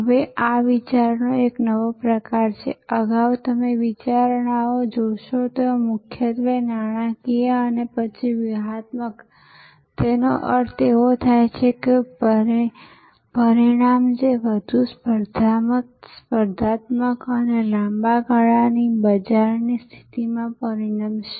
હવે આ વિચારનો નવો પ્રકાર છે અગાઉ તમે વિચારણાઓ જોશો જ્યાં મુખ્યત્વે નાણાકીય અને પછી વ્યૂહાત્મકતેનો અર્થ એવો થાય છે કે પરિણામ જે વધુ સ્પર્ધાત્મકતા અને લાંબા ગાળાની બજારની સ્થિતિમાં પરિણમશે